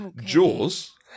Jaws